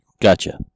Gotcha